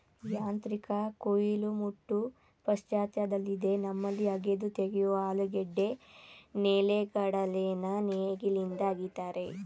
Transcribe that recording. ಯಾಂತ್ರಿಕ ಕುಯಿಲು ಮುಟ್ಟು ಪಾಶ್ಚಾತ್ಯದಲ್ಲಿದೆ ನಮ್ಮಲ್ಲಿ ಅಗೆದು ತೆಗೆಯುವ ಆಲೂಗೆಡ್ಡೆ ನೆಲೆಗಡಲೆನ ನೇಗಿಲಿಂದ ಅಗಿತಾರೆ